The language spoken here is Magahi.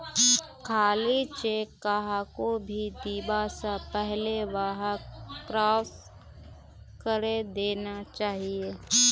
खाली चेक कहाको भी दीबा स पहले वहाक क्रॉस करे देना चाहिए